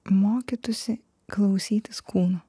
mokytųsi klausytis kūno